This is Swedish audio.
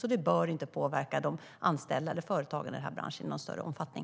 Det bör därför inte påverka de anställda eller företagen i denna bransch i någon större omfattning.